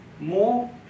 more